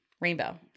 Rainbow